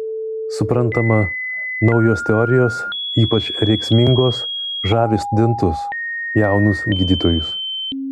suprantama naujos teorijos ypač rėksmingos žavi studentus jaunus gydytojus